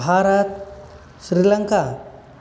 Bharat Sri Lanka